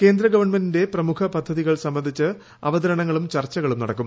കേന്ദ്ര ഗവൺമെന്റിന്റെ പ്രമുഖ പദ്ധതികൾ സംബന്ധിച്ച് അവതരണങ്ങളും ചർച്ചകളും നടക്കും